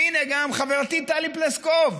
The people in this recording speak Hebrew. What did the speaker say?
והינה, גם חברתי טלי פלוסקוב,